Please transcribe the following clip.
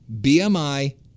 BMI